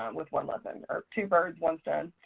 um with one lesson, or two birds, one stone.